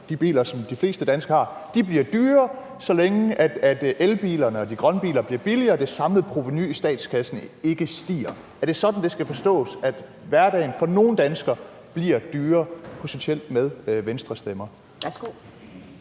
de biler, som de fleste danskere har, bliver dyrere, så længe elbilerne og de grønne biler bliver billigere og det samlede provenu i statskassen ikke stiger? Er det sådan, det skal forstås, at hverdagen altså med Venstres stemmer